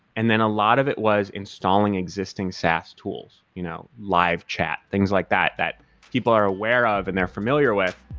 and then a lot of it was installing existing sass tools, you know live chat, things like that that people are aware of and they're familiar with,